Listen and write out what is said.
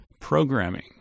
programming